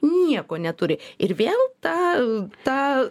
nieko neturi ir vėl ta ta